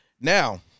Now